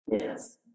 Yes